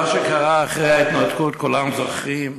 מה שקרה אחרי ההתנתקות כולם זוכרים,